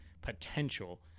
potential